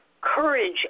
courage